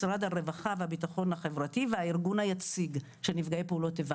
משרד הרווחה והבטחון החברתי והארגון היציג של נפגעי פעולות איבה,